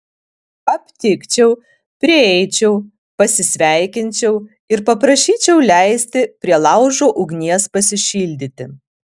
aptikčiau prieičiau pasisveikinčiau ir paprašyčiau leisti prie laužo ugnies pasišildyti